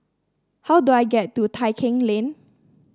how do I get to Tai Keng Lane